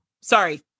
Sorry